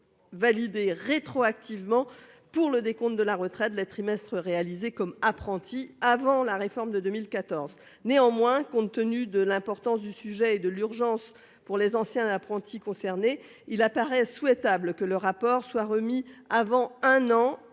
validation rétroactive, pour le décompte de la retraite, les trimestres réalisés en tant qu'apprenti avant la réforme de 2014. Néanmoins, compte tenu de l'importance du sujet et de l'urgence pour les anciens apprentis concernés, il paraît souhaitable que le rapport soit remis avant onze